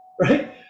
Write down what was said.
right